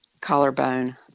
Collarbone